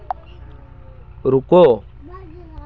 रुको